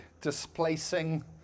displacing